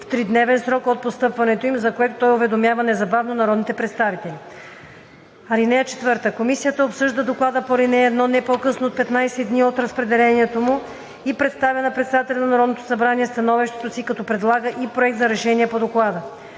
в тридневен срок от постъпването им, за което той уведомява незабавно народните представители. (4) Комисията обсъжда доклада по ал. 1 не по-късно от 15 дни от разпределението му и представя на председателя на Народното събрание становището си, като предлага и проект за решение по доклада.